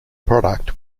product